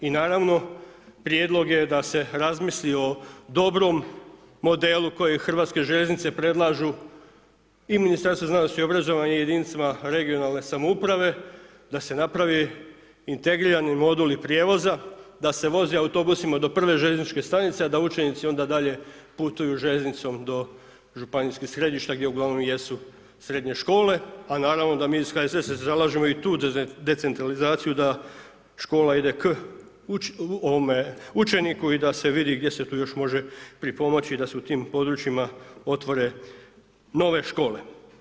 I naravno prijedlog je da se razmisli o dobrom modelu koje Hrvatske željeznice predlažu i Ministarstvo znanosti i obrazovanja jedinicama regionalne samouprave da se napravi integrirani moduli prijevoza, da se vozi autobusima do prve željezničke stanice, a da učenici onda dalje putuju željeznicom do županijskih središta gdje uglavnom jesu srednje škole, a naravno da mi iz HSS-a se zalažemo i tu za decentralizaciju da škola ide k učeniku i da se vidi gdje se tu još može pripomoći da se u tim područjima otvore nove škole.